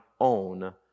own